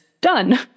done